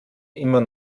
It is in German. immer